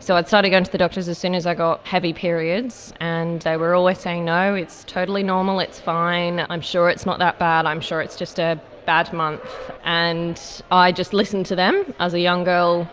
so i had started going to the doctors as soon as i got heavy periods, and they were always saying, saying, no, it's totally normal, it's fine, i'm sure it's not that bad, i'm sure it's just a bad month. and i just listened to them as a young girl